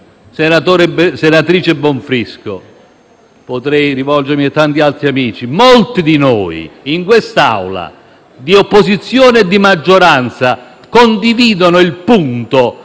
senatrice Bonfrisco - ma potrei rivolgermi a tanti altri amici - molti di noi in quest'Aula, di opposizione e di maggioranza, condividono il punto